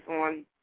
on